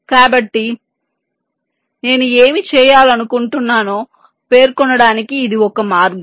కాబట్టి నేను ఏమి చేయాలనుకుంటున్నానో పేర్కొనడానికి ఇది ఒక మార్గం